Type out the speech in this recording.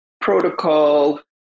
protocol